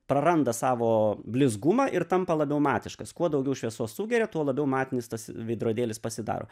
praranda savo blizgumą ir tampa labiau matiškas kuo daugiau šviesos sugeria tuo labiau matinis tas veidrodėlis pasidaro